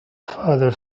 father